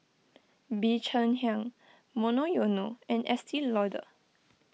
Bee Cheng Hiang Monoyono and Estee Lauder